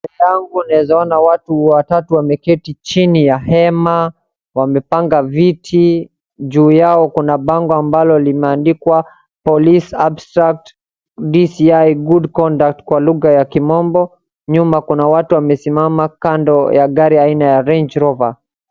Mbele yangu naeza ona watu watatu wameketi chini ya hema wamepanga viti. Juu yao kuna bango ambalo limeandikwa police abstract DCI good conduct kwa lugha ya kimombo. Nyuma kuna watu wamesimama kando ya gari aina ya Range Rover.